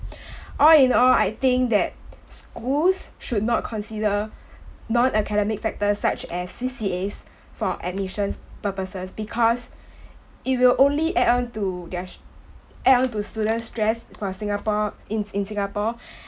all in all I think that schools should not consider non academic factors such as C_C_As for admissions purposes because it will only add on to their st~ add on to students stress for singapore in in singapore